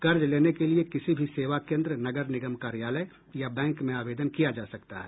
कर्ज लेने के लिये किसी भी सेवा केन्द्र नगर निगम कार्यालय या बैंक में आवेदन किया जा सकता है